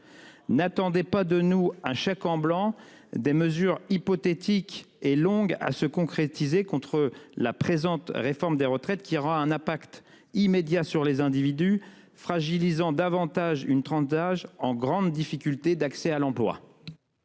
N'attendez pas de nous un chèque en blanc. Des mesures hypothétiques et longue à se concrétiser contre la présente. Réforme des retraites qui aura un impact immédiat sur les individus, fragilisant davantage une tranche d'âge en grande difficulté d'accès à l'emploi.